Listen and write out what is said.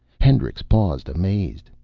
hendricks paused, amazed.